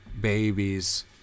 babies